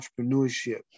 entrepreneurship